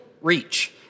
reach